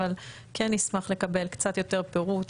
אבל כן נשמח לקבל קצת יותר פירוט.